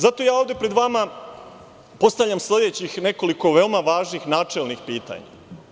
Zato ja ovde pred vama postavljam sledećih nekoliko veoma važnih načelnih pitanja.